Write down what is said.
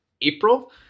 April